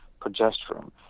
progesterone